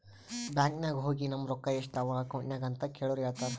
bank ನಾಗ್ ಹೋಗಿ ನಮ್ ರೊಕ್ಕಾ ಎಸ್ಟ್ ಅವಾ ಅಕೌಂಟ್ನಾಗ್ ಅಂತ್ ಕೇಳುರ್ ಹೇಳ್ತಾರ್